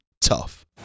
tough